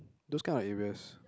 those kind of areas